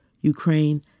Ukraine